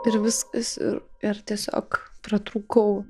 ir viskas ir ir tiesiog pratrūkau